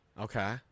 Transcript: Okay